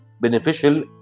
beneficial